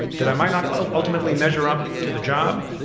that i might not ah ultimately measure up to the job,